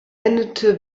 endete